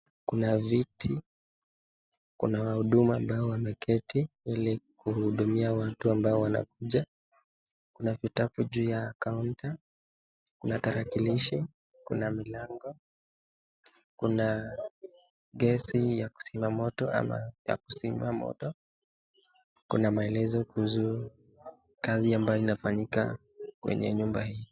Kuna viti, kuna wahuduma ambao wameketi ili kuhudumia watu ambao wanakuja, kuna vitabu juu ya kaunta, kuna tarakilishi, kuna milango, kuna gesi ya kuzima moto ama ya kuzima moto, kuna maelezo kuhusu kazi ambayo inafanyika kwenye nyumba hii.